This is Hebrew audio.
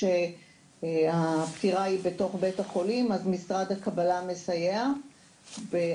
כאשר הפטירה היא בתוך בית החולים אז משרד הקבלה מסייע בהכוונה